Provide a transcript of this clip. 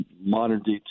modern-day